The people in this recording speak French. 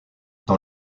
dans